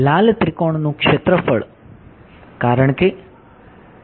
લાલ ત્રિકોણ નું ક્ષેત્રફળ કારણ કે